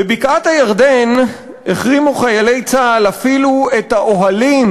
בבקעת-הירדן החרימו חיילי צה"ל אפילו את האוהלים